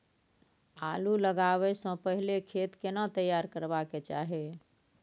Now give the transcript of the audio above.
आलू लगाबै स पहिले खेत केना तैयार करबा के चाहय?